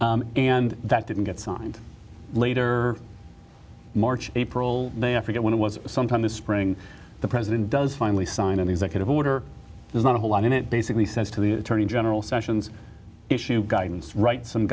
and that didn't get signed later march april may africa when it was sometime this spring the president does finally sign an executive order there's not a whole lot in it basically says to the attorney general sessions issue guidance right some